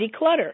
declutter